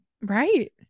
right